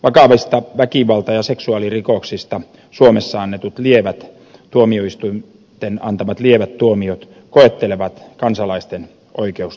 vakavista väkivalta ja seksuaalirikoksista suomessa tuomioistuinten antamat lievät tuomiot koettelevat kansalaisten oikeustajua